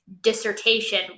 dissertation